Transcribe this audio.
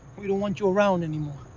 we don't want you around anymore.